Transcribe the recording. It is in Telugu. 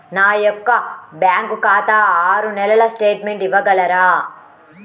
నా యొక్క బ్యాంకు ఖాతా ఆరు నెలల స్టేట్మెంట్ ఇవ్వగలరా?